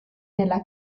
nella